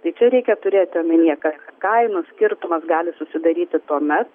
tai čia reikia turėti omenyje kad kainos skirtumas gali susidaryti tuomet